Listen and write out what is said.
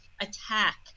attack